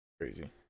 Crazy